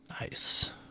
Nice